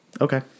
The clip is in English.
Okay